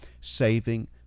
saving